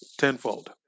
tenfold